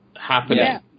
happening